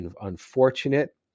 unfortunate